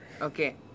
okay